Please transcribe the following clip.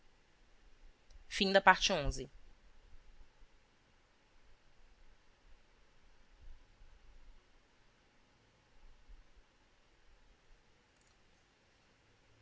qualquer parte onde